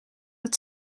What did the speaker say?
het